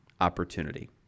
opportunity